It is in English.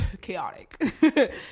chaotic